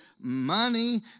money